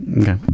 Okay